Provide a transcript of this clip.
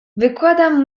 wykładam